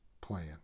plan